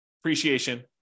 appreciation